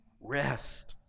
rest